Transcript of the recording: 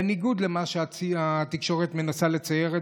בניגוד למה שהתקשורת מנסה לצייר,